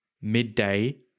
midday